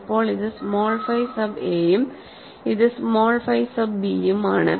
ഇപ്പോൾ ഇത് small phi sub a ഉം ഇത് സ്മോൾ ഫൈ സബ് b ഉം ആണ്